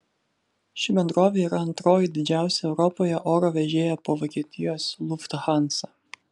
ši bendrovė yra antroji didžiausią europoje oro vežėja po vokietijos lufthansa